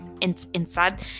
inside